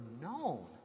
known